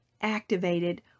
activated